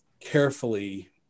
carefully